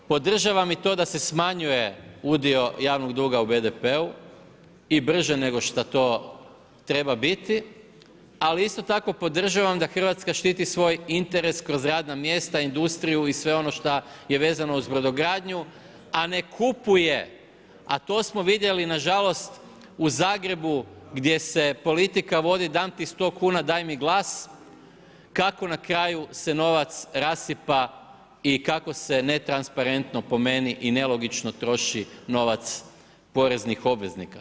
Podržavam i to da se smanjuje udio javnog duga u BDP-u i brže nego što to treba biti, ali isto tako podržavam da Hrvatska štiti svoj interes kroz radna mjesta, industriju i sve ono šta je vezano uz brodogradnju, a ne kupuje, a to smo vidjeli, nažalost u Zagrebu, gdje se politika vodi dam ti 100 kn, daj mi glas, kako n kraju se novac rasipa i kako se netransparentno po meni i nelogično troši novac poreznih obveznika.